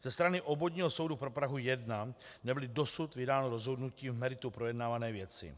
Ze strany Obvodního soudu pro Prahu 1 nebylo dosud vydáno rozhodnutí v meritu projednávané věci.